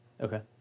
Okay